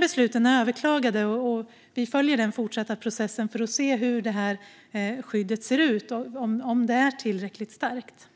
Besluten är överklagade, och vi följer den fortsatta processen för att se hur skyddet ser ut och om det är tillräckligt starkt.